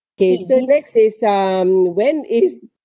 okay so next is um when is